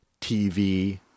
TV